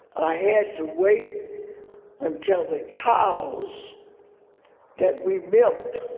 i had to wait until the cows that we milked.